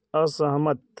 असहमत